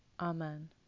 Amen